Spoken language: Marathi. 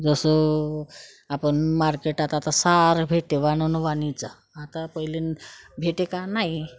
जसे आपण मार्केटात आता सारं भेटतं बनवून वानीचा आता पहिले भेटे का नाही